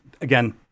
again